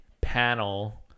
panel